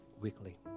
weekly